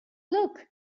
look